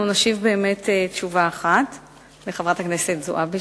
המסחר והתעסוקה ביום י' בחשוון התש"ע (28 באוקטובר 2009):